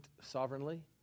sovereignly